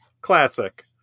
classic